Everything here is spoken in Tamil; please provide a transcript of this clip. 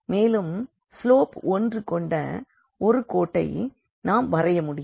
மேலும் ஸ்லோப் 1 கொண்ட ஒரு கோட்டை நாம் வரைய முடியும்